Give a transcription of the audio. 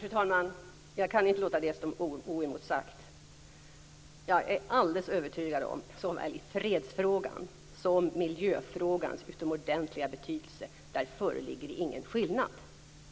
Fru talman! Jag kan inte låta detta stå oemotsagt. Jag är alldeles övertygad om såväl fredsfrågans som miljöfrågans utomordentliga betydelse. Där föreligger det ingen skillnad